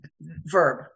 verb